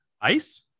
ice